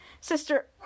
sister